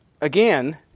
again